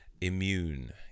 immune